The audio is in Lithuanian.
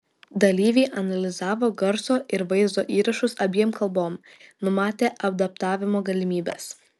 dalyviai analizavo garso ir vaizdo įrašus abiem kalbom numatė adaptavimo galimybes